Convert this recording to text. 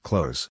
Close